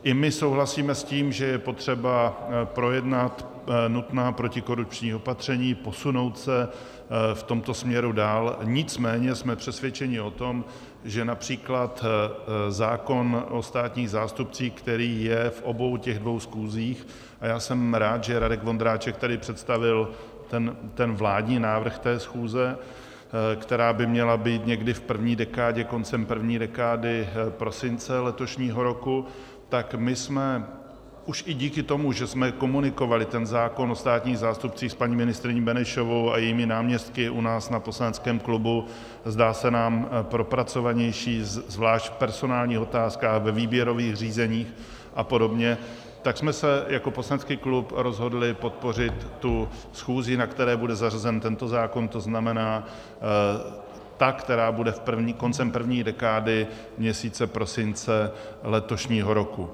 I my souhlasíme s tím, že je potřeba projednat nutná protikorupční opatření, posunout se v tomto směru dál, nicméně jsme přesvědčeni o tom, že například zákon o státních zástupcích, který je v obou těch schůzích a já jsem rád, že Radek Vondráček tady představil vládní návrh té schůze, která by měla být v první dekádě, koncem první dekády prosince letošního roku , tak my jsme už i díky tomu, že jsme komunikovali ten zákon o státních zástupcích s paní ministryní Benešovou a jejími náměstky u nás na poslaneckém klubu, zdá se nám propracovanější, zvláště v personálních otázkách, ve výběrových řízeních apod., tak jsme se jako poslanecký klub rozhodli podpořit tu schůzi, na které bude zařazen tento zákon, to znamená ta, která bude koncem první dekády měsíce prosince letošního roku.